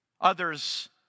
Others